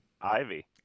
Ivy